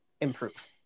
improve